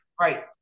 right